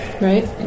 Right